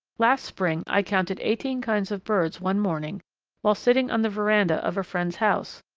last spring i counted eighteen kinds of birds one morning while sitting on the veranda of a friend's house,